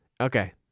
Okay